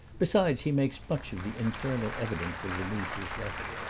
besides, he makes much of the internal evidence of the niece's letter.